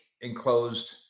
enclosed